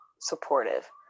supportive